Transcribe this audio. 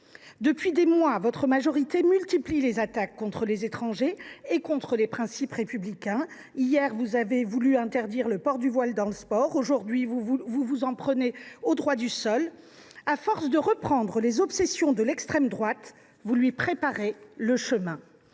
Depuis plusieurs mois, votre majorité multiplie les attaques contre les étrangers et contre les principes républicains. Hier, vous avez voulu interdire le port du voile dans le sport, et aujourd’hui, vous vous en prenez au droit du sol. À force de relayer les obsessions de l’extrême droite, vous lui préparez le terrain,